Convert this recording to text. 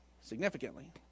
significantly